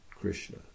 Krishna